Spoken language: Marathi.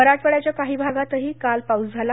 मराठवाड्याच्या काही भागात कालही पाऊस झाला